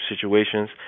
situations